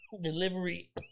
Delivery